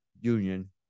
union